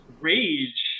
rage